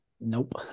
nope